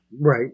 Right